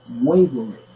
wavering